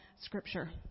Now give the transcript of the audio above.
Scripture